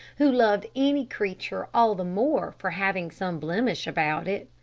who loved any creature all the more for having some blemish about it.